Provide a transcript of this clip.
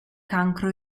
cancro